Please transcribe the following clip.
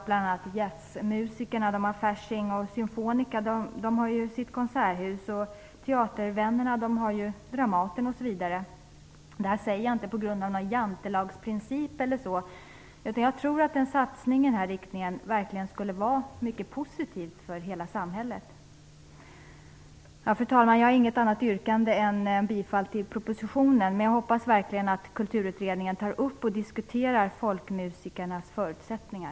Jazzmusikerna har Fasching, symfonikerna har sitt konserthus, teatervännerna har Dramaten osv. Detta säger jag inte på grund av någon jantelagsprincip, utan jag tror att en satsning i denna riktning verkligen skulle vara mycket positiv för hela samhället. Fru talman! Jag har inget annat yrkande än bifall till förslagen i propositionen, men jag hoppas verkligen att Kulturutredningen tar upp och diskuterar folkmusikernas förutsättningar.